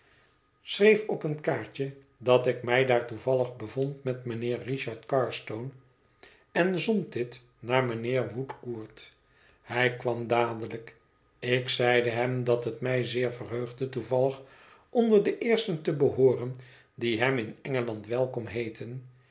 schreef op een kaartje dat ik mij daar toevallig bevond met mijnheer richard carstone en zond dit naar mijnheer woodcourt hij kwam dadelijk ik zeide hem dat het mij zeer verheugde toevallig onder de eersten te behooren die hem in engeland welkom heetten